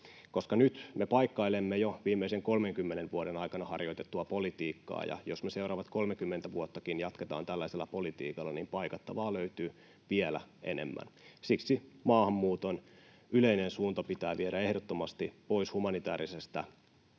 me paikkailemme jo viimeisen 30 vuoden aikana harjoitettua politiikkaa. Jos me seuraavat 30 vuottakin jatketaan tällaisella politiikalla, niin paikattavaa löytyy vielä enemmän. Siksi maahanmuuton yleinen suunta pitää viedä ehdottomasti pois humanitäärisestä